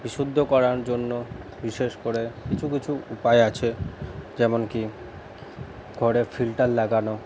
বিশুদ্ধ করার জন্য বিশেষ করে কিছু কিছু উপায় আছে যেমনকি ঘরে ফিল্টার লাগানো